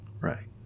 Right